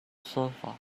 sofa